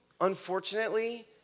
unfortunately